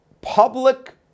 public